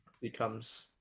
becomes